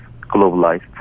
globalized